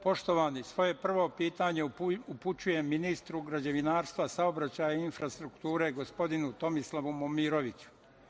Poštovani, svoje prvo pitanje upućujem ministru građevinarstva, saobraćaja i infrastrukture gospodinu Tomislavu Momiroviću.